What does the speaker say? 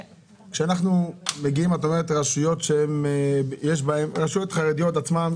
רשויות חרדיות עצמן,